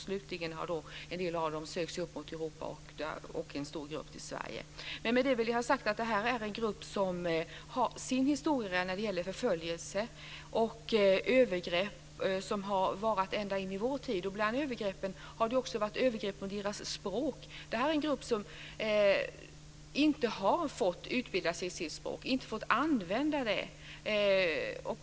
Slutligen har en del av dem sökt sig upp mot Europa, varav en stor grupp till Det här är en grupp som har en historia av förföljelse och övergrepp som har varat ända in i vår tid. Det har också skett övergrepp mot dess språk. Den här gruppen har inte fått använda sig av och utbilda sig på sitt språk.